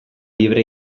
libre